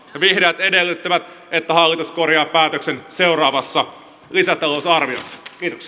vihreät edellyttävät että hallitus korjaa päätöksen seuraavassa lisätalousarviossa